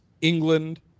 England